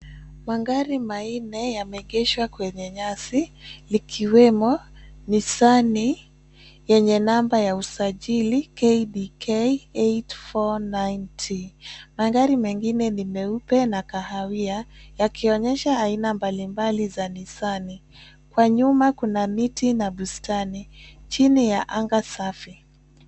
Magari manne yameegeshwa kwenye nyasi likiwemo nisani yenye namba ya usajili KBK 849 T. Magari mengine ni meupe na kahawia yakionyesha aina mbali mbali za nisani. Kwa nyuma kuna miti na bustani chini ya anga safi.